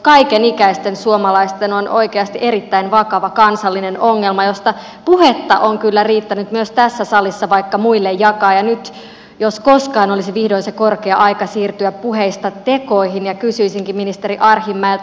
kaikenikäisten suomalaisten liikkumattomuus on oikeasti erittäin vakava kansallinen ongelma josta puhetta on kyllä riittänyt myös tässä salissa vaikka muille jakaa ja nyt jos koskaan olisi vihdoin se korkea aika siirtyä puheista tekoihin ja kysyisinkin ministeri arhinmäeltä